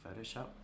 Photoshop